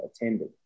attended